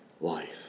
life